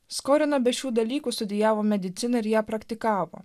skolina be šių dalykų studijavo mediciną ir ją praktikavo